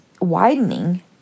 widening